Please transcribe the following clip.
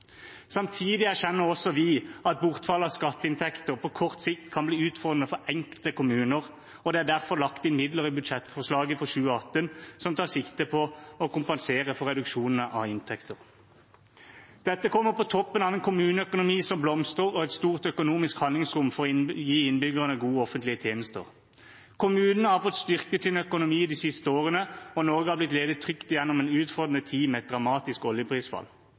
Samtidig erkjenner også vi at bortfall av skatteinntekter på kort sikt kan bli utfordrende for enkelte kommuner, og det er derfor lagt inn midler i budsjettforslaget for 2018 som tar sikte på å kompensere for reduksjonene av inntekter. Dette kommer på toppen av en kommuneøkonomi som blomstrer og et stort økonomisk handlingsrom for å gi innbyggerne gode offentlige tjenester. Kommunene har fått styrket sin økonomi de siste årene, og Norge har blitt ledet trygt gjennom en utfordrende tid med et dramatisk oljeprisfall.